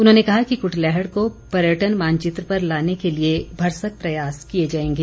उन्होंने कहा कि कुटलैहड़ को पर्यटन मानचित्र पर लाने के लिए भरसक प्रयास किए जाएंगे